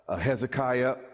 Hezekiah